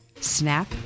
Snap